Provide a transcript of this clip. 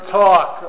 talk